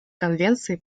конвенции